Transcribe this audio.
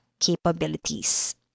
Capabilities